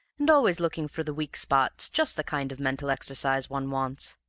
and always looking for the weak spot's just the kind of mental exercise one wants.